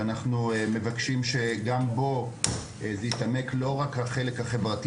שאנחנו מבקשים שגם בו ינסו להתעמק ולא רק בחלק החברתי